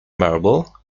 marble